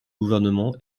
gouvernement